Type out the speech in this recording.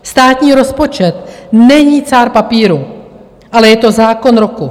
Státní rozpočet není cár papíru, ale je to zákon roku.